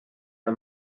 the